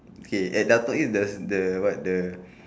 K at downtown east there's the what the